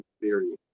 theory